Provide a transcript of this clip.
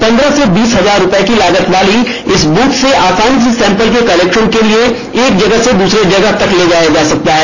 पंद्रह से बीस हजार रूपए की लागत वाली इस ब्रथ से आसानी से सैंपल के कलेक्शन के लिए एक जगह से दूसरी जगह तक ले जाया जा सकता है